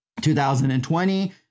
2020